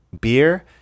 beer